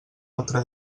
altre